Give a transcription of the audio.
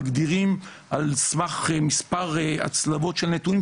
מגדירים על סמך מספר הצלבות של נתונים,